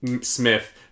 Smith